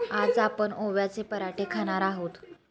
आज आपण ओव्याचे पराठे खाणार आहोत